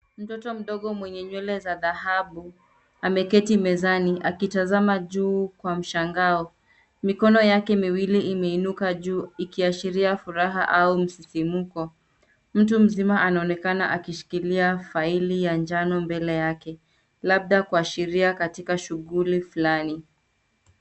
Mtoto mdogo mwenye nywele za dhahabu ameketi mezani akitazama juu kwa mshangao. Mikono yake miwili imeinuka juu ikiashiria furaha au msisimko. Mtu mzima anaonekana akishikilia faili ya njano mbele yake labda kuashiria katika shughuli fulani.